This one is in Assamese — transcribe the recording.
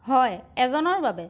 হয় এজনৰ বাবে